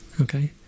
Okay